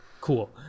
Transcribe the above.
cool